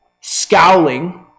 scowling